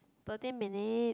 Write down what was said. thirteen minute